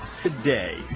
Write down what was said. today